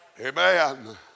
Amen